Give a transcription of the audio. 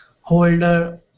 Holder